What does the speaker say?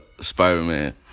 spider-man